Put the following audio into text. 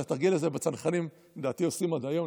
את התרגיל הזה בצנחנים לדעתי עושים עד היום,